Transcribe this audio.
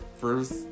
first